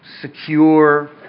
secure